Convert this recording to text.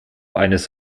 eines